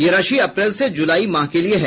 यह राशि अप्रैल से जुलाई माह के लिए है